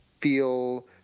feel